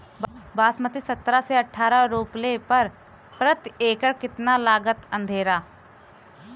बासमती सत्रह से अठारह रोपले पर प्रति एकड़ कितना लागत अंधेरा?